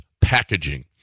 packaging